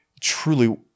truly